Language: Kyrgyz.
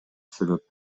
себеп